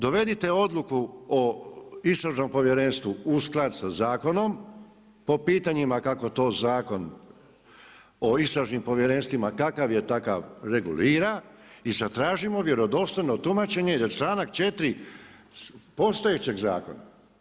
Dovedite odluku o Istražnom povjerenstvu u skladu sa zakonom po pitanjima kako to Zakon o istražnim povjerenstvima, kakav je takav regulira i zatražimo vjerodostojno tumačenje za članak 4. postojećeg zakona.